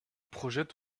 projette